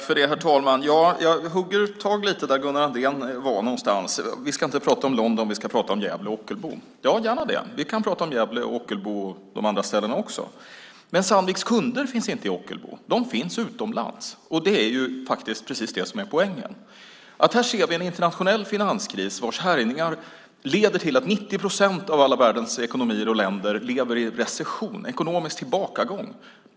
Herr talman! Jag hugger tag lite där Gunnar Andrén var. Vi ska inte tala om London utan om Gävle, Ockelbo och de andra städerna. Gärna det! Men Sandviks kunder finns inte i Ockelbo utan utomlands. Det är precis det som är poängen. Här ser vi en internationell finanskris vars härjningar leder till att 90 procent av alla världens ekonomier och länder lever i recession, ekonomisk tillbakagång.